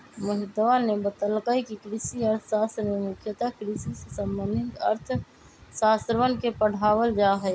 मोहितवा ने बतल कई कि कृषि अर्थशास्त्र में मुख्यतः कृषि से संबंधित अर्थशास्त्रवन के पढ़ावल जाहई